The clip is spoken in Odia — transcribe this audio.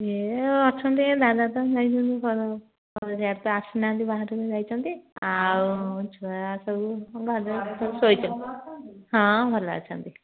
ୟେ ତ ଅଛନ୍ତି ଦାଦା ତ ଯାଇଛନ୍ତି ଆସିନାହାନ୍ତି ବାହାରକୁ ଯାଇଛନ୍ତି ଆଉ ଛୁଆ ସବୁ ଭଲରେ ସବୁ ଶୋଇଛନ୍ତି ହଁ ଭଲ ଅଛନ୍ତି